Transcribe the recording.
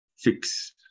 fixed